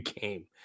game